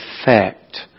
effect